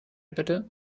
bitte